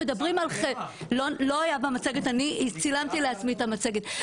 זה לא היה במצגת, אני צילמתי לעצמי את המצגת.